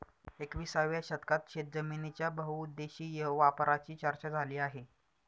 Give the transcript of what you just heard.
एकविसाव्या शतकात शेतजमिनीच्या बहुउद्देशीय वापराची चर्चा झाली आहे